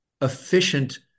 efficient